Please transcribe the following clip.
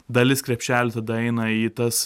dalis krepšelio tada eina į tas